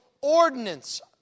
ordinance